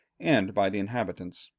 and by the inhabitants.